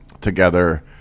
together